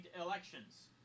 elections